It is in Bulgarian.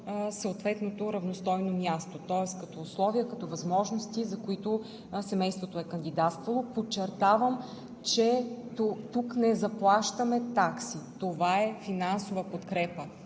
съответното равностойно място, тоест, като условия, като възможности, за които семейството е кандидатствало. Подчертавам, че тук не заплащаме такси – това е финансова подкрепа,